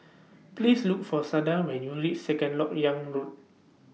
Please Look For Sada when YOU REACH Second Lok Yang Road